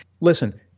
listen